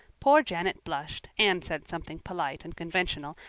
poor janet blushed, anne said something polite and conventional,